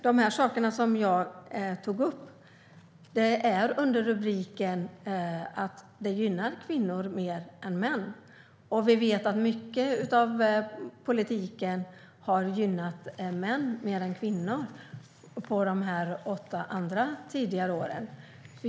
De saker som jag tog upp är under rubriken att det gynnar kvinnor mer än män. Vi vet att mycket av politiken har gynnat män mer än kvinnor under de åtta tidigare åren.